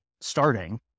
starting